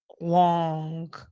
long